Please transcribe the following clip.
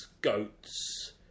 goats